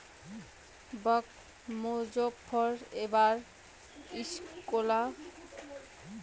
বাঃ মোজফ্ফর এবার ঈষৎলোনা মাটিতে বাদাম চাষে খুব ভালো ফায়দা করেছে